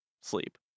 sleep